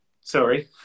Sorry